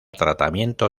tratamiento